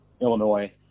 Illinois